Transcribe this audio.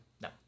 No